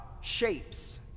shapes